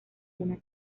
una